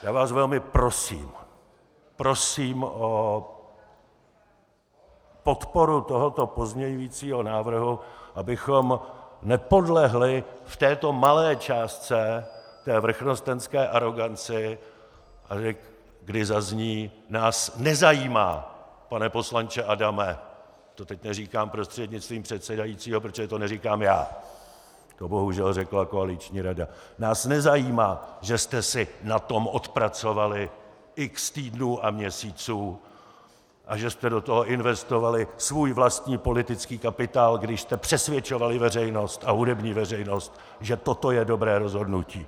Já vás velmi prosím, prosím o podporu tohoto pozměňovacího návrhu, abychom nepodlehli v této malé částce vrchnostenské aroganci, kdy zazní: Nás nezajímá, pane poslanče Adame to teď neříkám prostřednictvím předsedajícího, protože to neříkám já, to bohužel řekla koaliční rada nás nezajímá, že jste si na tom odpracovali x týdnů a měsíců a že jste do toho investovali svůj vlastní politický kapitál, když jste přesvědčovali veřejnost a hudební veřejnost, že toto je dobré rozhodnutí.